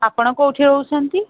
ଆପଣ କୋଉଠି ରହୁଛନ୍ତି